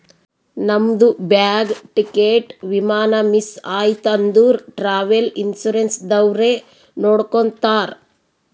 ನಮ್ದು bag, ticket, ವಿಮಾನ miss ಐಯ್ತ ಅಂದುರ್ ಟ್ರಾವೆಲ್ ಇನ್ಸೂರೆನ್ಸ್ ದವ್ರೆ ನೋಡ್ಕೊತ್ತಾರ್